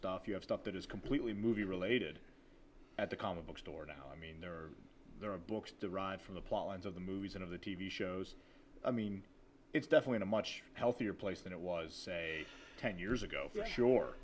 stuff you have stopped that is completely movie related at the comic book store now i mean there are there are books derived from the plotlines of the movies and of the t v shows i mean it's definitely a much healthier place than it was say ten years ago for sure